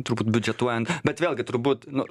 turbūt biudžetuojant bet vėlgi turbūt nu